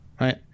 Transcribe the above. right